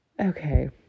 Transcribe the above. Okay